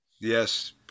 Yes